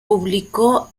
publicó